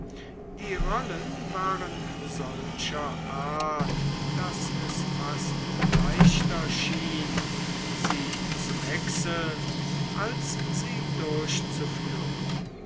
die rollen waren solcher art daß es fast leichter schien sie zu wechseln als sie durchzuführen